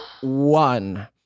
one